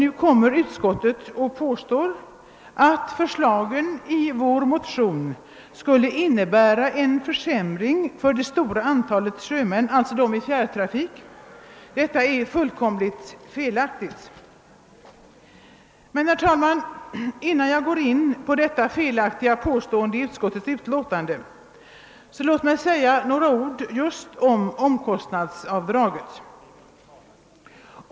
Utskottet påstår nu att förslagen i vår motion skulle innebära en försämring för det stora flertalet sjömän som finns i fjärrtrafik. Detta är fullkomligt felaktigt. Men låt mig, herr talman, innan jag går in på att bemöta detta felaktiga påstående från utskottets sida säga några ord om just omkostnadsavdraget.